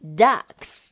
ducks